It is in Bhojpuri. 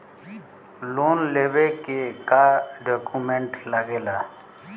लोन लेवे के का डॉक्यूमेंट लागेला?